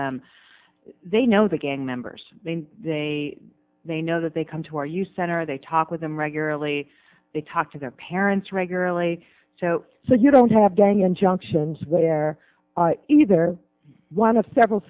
them they know the gang members they they know that they come to our youth center they talk with them regularly they talk to their parents regularly so so you don't have gang injunctions where either one of several